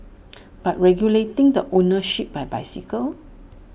but regulating the ownership bicycles